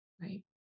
Right